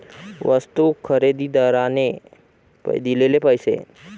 वस्तू खरेदीदाराने दिलेले पैसे